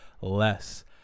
less